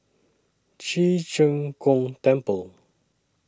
Ci Zheng Gong Temple